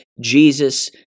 Jesus